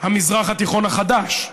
המזרח התיכון החדש?